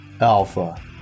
alpha